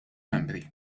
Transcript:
membri